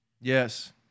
Yes